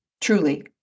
truly